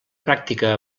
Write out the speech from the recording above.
pràctica